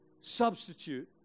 substitute